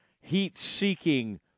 heat-seeking